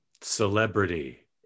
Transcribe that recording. Celebrity